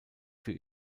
für